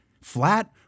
flat